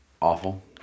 awful